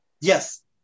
Yes